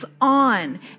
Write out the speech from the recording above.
on